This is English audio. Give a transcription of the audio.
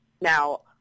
now